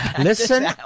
Listen